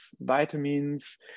vitamins